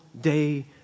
day